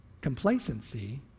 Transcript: Complacency